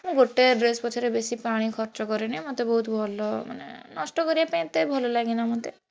ମୁଁ ଗୋଟେ ଡ୍ରେସ୍ ପଛରେ ବେଶି ପାଣି ଖର୍ଚ୍ଚ କରେନି ମୋତେ ବହୁତ ଭଲ ମାନେ ନଷ୍ଟ କରିବା ପାଇଁ ଏତେ ଭଲ ଲାଗେନା ମୋତେ